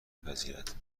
پذیرد